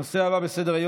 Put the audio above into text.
הנושא הבא בסדר-היום,